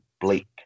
blake